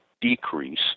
decrease